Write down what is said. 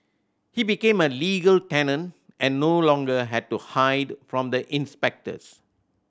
he became a legal tenant and no longer had to hide from the inspectors